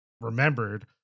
remembered